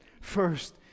First